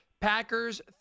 Packers